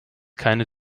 keine